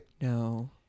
No